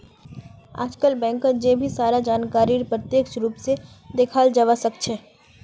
आजकल बैंकत जय भी सारा जानकारीक प्रत्यक्ष रूप से दखाल जवा सक्छे